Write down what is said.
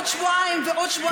השאלה, עד מתי?